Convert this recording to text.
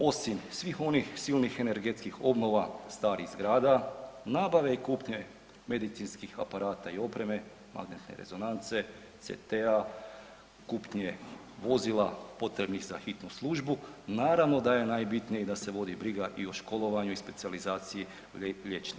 Osim svim onih silnih energetskih obnova starih zgrada, nabave i kupnje medicinskih aparata i opreme, magnetne rezonance, CT-a, kupnje vozila za hitnu službu naravno da je najbitnije i da se vodi briga i o školovanju i specijalizaciji liječnika.